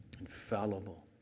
infallible